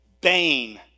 bane